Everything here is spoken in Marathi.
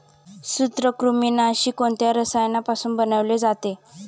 सूत्रकृमिनाशी कोणत्या रसायनापासून बनवले जाते?